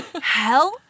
Hell